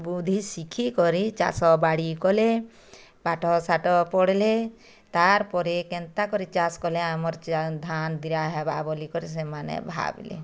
ବୁଦ୍ଧି ଶିଖିକରି ଚାଷ ବାଡ଼ି କଲେ ପାଠସାଠ ପଢ଼ିଲେ ତା'ର୍ ପରେ କେନ୍ତା କରି ଚାଷ୍ କଲେ ଆମର ଚା ଧାନ୍ ହେବା ବୋଲିକରି ସେମାନେ ଭାବ୍ଲେ